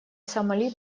сомали